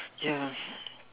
ya